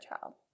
child